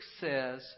says